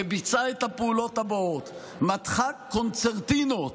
את הפעולות הבאות: מתחה קונצרטינות